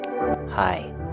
Hi